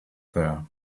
there